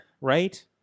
Right